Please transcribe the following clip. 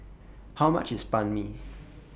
How much IS Banh MI